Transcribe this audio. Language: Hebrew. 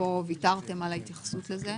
פה ויתרתם על ההתייחסות לזה.